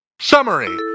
Summary